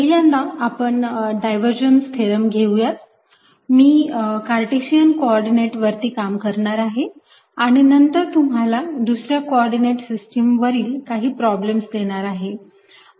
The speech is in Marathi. पहिल्यांदा आपण डायव्हर्जन्स थेरम घेऊयात मी कार्टेशियन कोऑर्डिनेट वरती काम करणार आहे आणि नंतर तुम्हाला दुसऱ्या कोऑर्डिनेट सिस्टीम वरील काही प्रॉब्लेम देणार आहे